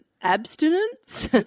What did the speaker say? abstinence